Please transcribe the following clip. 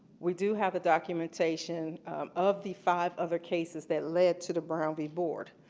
we do have documentation of the five other cases that led to the brown v board.